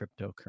cryptocurrency